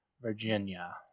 Virginia